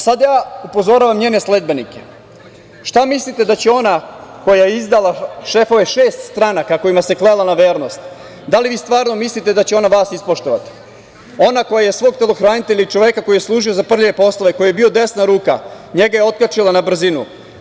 Sad ja upozoravam njene sledbenike – šta mislite da će ona koja je izdala šefove šest stranaka, kojima se klela na vernost, da li vi stvarno mislite da će ona vas ispoštovati, ona koja je svog telohranitelja i čoveka koji je služio za prljave poslove, koji joj je bio desna ruka, njega je otkačila na brzinu?